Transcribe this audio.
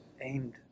aimed